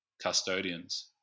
custodians